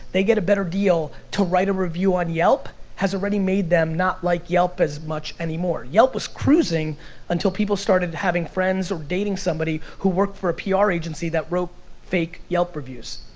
they get a better deal to write a review on yelp, has already made them not like yelp as much anymore. yelp was cruising until people started having friends or dating somebody who worked for a pr ah agency that wrote fake yelp reviews.